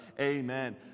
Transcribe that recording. Amen